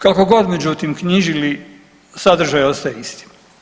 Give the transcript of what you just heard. Kako god međutim knjižili sadržaj ostaje isti.